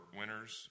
winners